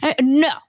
No